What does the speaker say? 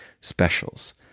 specials